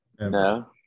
No